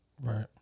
Right